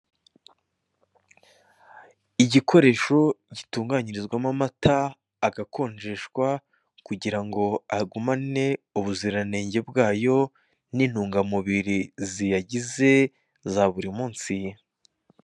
Igikoresho gitunganyirizwamo amata agakonjeshwa kugira ngo agumane ubuziranenge bwayo n'intungamubiri ziyagize za buri munsi.